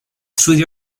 through